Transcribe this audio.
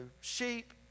sheep